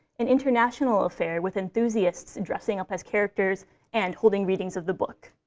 an international affair with enthusiasts dressing up as characters and holding readings of the book.